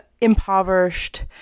impoverished